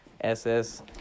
SS